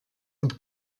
und